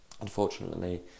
unfortunately